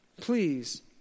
please